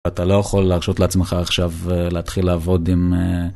אתה לא יכול להרשות לעצמך עכשיו, להתחיל לעבוד עם...